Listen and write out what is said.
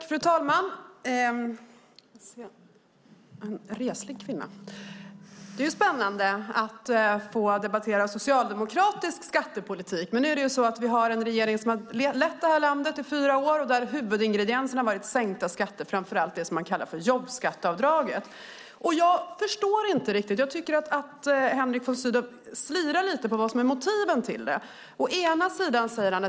Fru talman! Det är spännande att debattera socialdemokratisk skattepolitik. Men för den regering som har lett landet i fyra år har huvudingrediensen varit sänkta skatter, framför allt det som man kallar för jobbskatteavdraget. Jag tycker att Henrik von Sydow slirar lite på motiven till det.